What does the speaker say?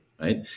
Right